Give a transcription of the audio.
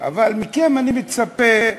אבל מכם אני מצפה,